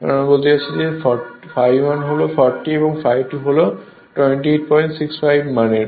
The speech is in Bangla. আমি বলতে চাচ্ছি ∅1 হল 40 এবং ∅2 হল 2865 মান এর